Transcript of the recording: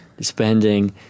spending